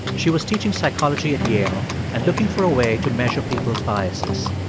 she was teaching psychology at yale and looking for a way to measure people's biases.